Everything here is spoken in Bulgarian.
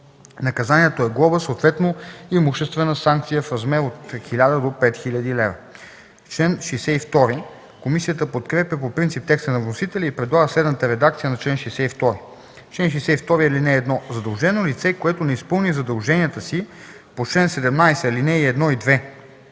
наказанието е глоба, съответно имуществена санкция в размер от 1000 до 5000 лв.” По чл. 62 комисията подкрепя по принцип текста на вносителя и предлага следната редакция: „Чл. 62. (1) Задължено лице, което не изпълни задълженията си по чл. 17, ал. 1 и 2,